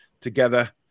together